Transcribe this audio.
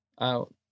Out